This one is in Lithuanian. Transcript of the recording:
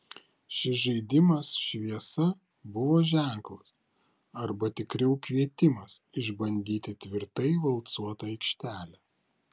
šis žaidimas šviesa buvo ženklas arba tikriau kvietimas išbandyti tvirtai valcuotą aikštelę